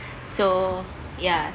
so ya